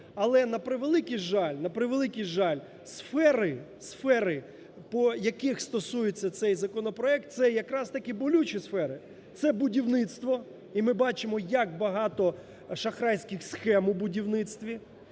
жаль, на превеликий жаль, сфери... сфери, по яких стосується цей законопроект – це якраз таки болючі сфери, це будівництво і ми бачимо як багато шахрайських схем у будівництві,